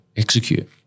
execute